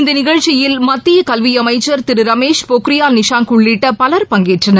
இந்த நிகழ்ச்சியில் மத்திய கல்வி அமைச்சர் திரு ரமேஷ் பொக்ரியால் நிஷாங் உள்ளிட்ட பலர் பங்கேற்றனர்